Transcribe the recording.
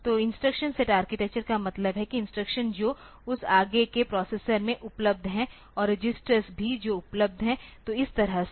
तो instruction set architecture का मतलब है कि इंस्ट्रक्शन जो उस आगे के प्रोसेसर में उपलब्ध हैं और रजिस्टर्स भी जो उपलब्ध हैं तो इस तरह से